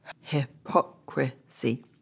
hypocrisy